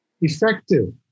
effective